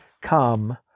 come